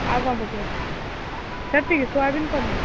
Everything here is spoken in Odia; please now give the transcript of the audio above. ଆଉ କ'ଣ ପକାଇବ ସେତିକି ସୋୟାବିନ ପନିର